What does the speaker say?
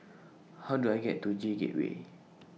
How Do I get to J Gateway